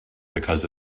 because